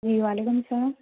جی وعلیکم السّلام